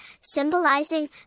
symbolizing